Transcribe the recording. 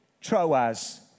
Troas